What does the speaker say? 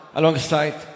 alongside